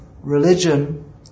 religion